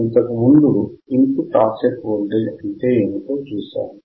ఇంతకుముందు input offset voltage అంటే ఏమిటో చూశాము